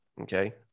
okay